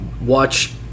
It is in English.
watch